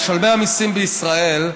משלמי המיסים בישראל,